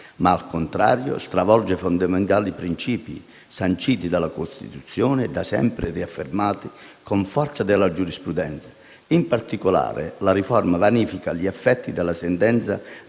ma - al contrario - stravolge fondamentali principi, sanciti dalla Costituzione e da sempre riaffermati con forza dalla giurisprudenza. In particolare, la riforma vanifica gli effetti della sentenza